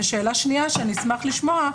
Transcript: ושאלה שנייה שאני אשמח לשמוע,